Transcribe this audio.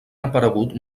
aparegut